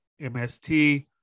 MST